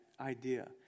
idea